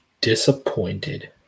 disappointed